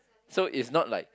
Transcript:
so is not like